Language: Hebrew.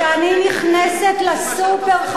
כשאני נכנסת לסופר,